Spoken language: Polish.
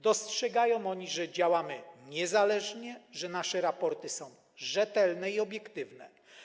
Dostrzegają oni, że działamy niezależnie, że nasze raporty są rzetelne i obiektywne.